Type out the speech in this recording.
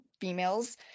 females